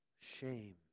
shame